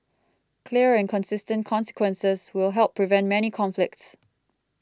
clear and consistent consequences will help prevent many conflicts